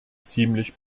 ziemlich